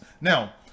Now